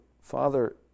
Father